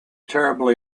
terribly